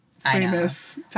Famous